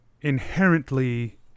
inherently